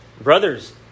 Brothers